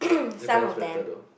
Japan's better though